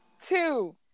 two